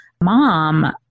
mom